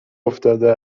افتاده